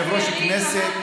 אבל הבעיה היא שיושב-ראש הכנסת,